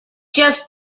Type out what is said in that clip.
just